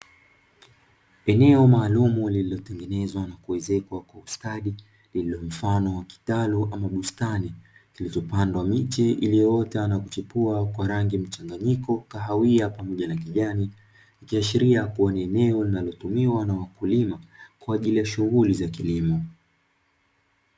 Eneo maalumu lililotengenezwa na kuezekwa kwa ustadi lililo mfano wa kitalu ama bustani, lililopandwa miche iliyoota na kuchipua kwa rangi mchanganyiko kahawia pamoja na kijani, ikiashiria kuwa ni eneo linalotumiwa na wakulima kwa ajili ya shughuli za kilimo.